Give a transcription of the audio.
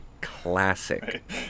Classic